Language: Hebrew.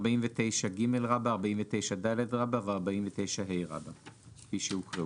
הסעיפים 49ג, 49ד ו-49ה כפי שהוקראו.